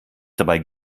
dabei